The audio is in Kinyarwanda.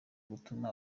gutuma